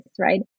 right